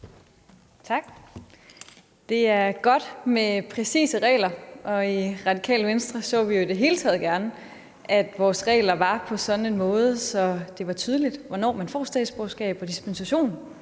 Tak. Det er godt med præcise regler, og i Radikale Venstre så vi i det hele taget gerne, at vores regler var på en sådan måde, at det er tydeligt, hvornår man får statsborgerskab og dispensation